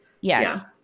Yes